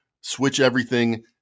switch-everything